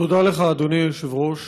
תודה לך, אדוני היושב-ראש.